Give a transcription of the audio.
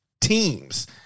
teams